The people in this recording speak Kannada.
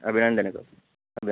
ಅಭಿನಂದನೆಗಳು